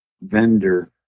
vendor